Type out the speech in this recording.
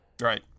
Right